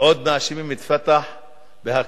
עוד מאשימים את "פתח" בהקצנה.